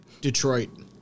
Detroit